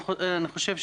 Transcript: אני חושב,